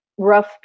rough